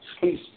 Please